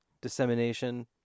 dissemination